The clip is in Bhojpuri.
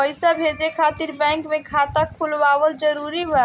पईसा भेजे खातिर बैंक मे खाता खुलवाअल जरूरी बा?